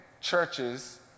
churches